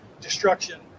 destruction